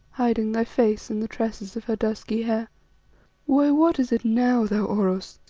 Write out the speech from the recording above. hiding thy face in the tresses of her dusky hair why, what is it now, thou oros?